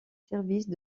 services